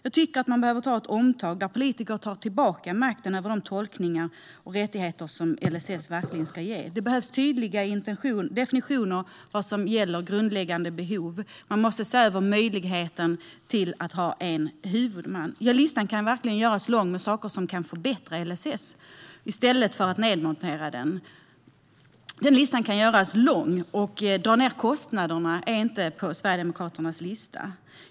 Jag tycker att man borde göra ett omtag och att politiker tar tillbaka makten över de tolkningar och rättigheter som LSS verkligen ska ge. Det behövs tydliga definitioner av vad som gäller för grundläggande behov. Man måste se över möjligheten att ha en huvudman. Listan kan verkligen göras lång över saker som kan förbättra LSS i stället för att nedmontera den. Att dra ned kostnaderna står inte på Sverigedemokraternas lista.